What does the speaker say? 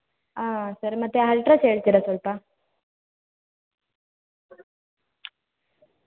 ಹಾಂ ಸರ್ ಮತ್ತು ಅಡ್ರಸ್ ಹೇಳ್ತೀರಾ ಸ್ವಲ್ಪ